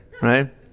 right